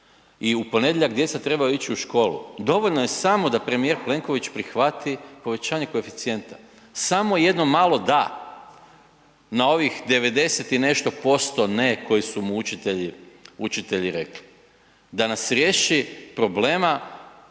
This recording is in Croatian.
i u ponedjeljak djeca trebaju ići u školu. Dovoljno je samo da premijer Plenković prihvati povećanje koeficijenta, samo jednom malo „da“ na ovih 90 i nešto posto „ne“ koji su mu učitelji rekli. Da nas riješi problema